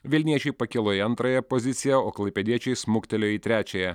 vilniečiai pakilo į antrąją poziciją o klaipėdiečiai smuktelėjo į trečiąją